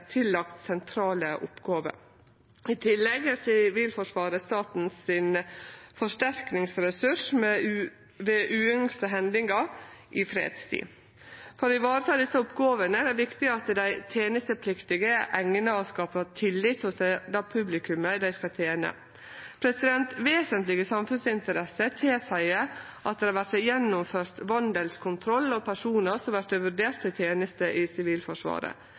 tillagt sentrale oppgåver. I tillegg er Sivilforsvaret staten sin forsterkningsressurs ved uønskte hendingar i fredstid. For å vareta desse oppgåvene er det viktig at dei tenestepliktige er eigna til å skape tillit hos det publikumet dei skal tene. Vesentlege samfunnsinteresser tilseier at det vert gjennomført vandelskontroll av personar som vert vurderte til teneste i Sivilforsvaret.